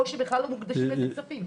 או שבכלל לא מוקדשים לזה כספים.